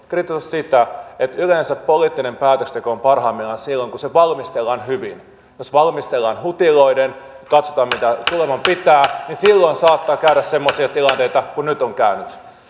on kritisoitu sitä että yleensä poliittinen päätöksenteko on parhaimmillaan silloin kun se valmistellaan hyvin ja jos valmistellaan hutiloiden katsotaan mitä tuleman pitää niin silloin saattaa käydä semmoisia tilanteita kuin nyt on käynyt